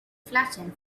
flattened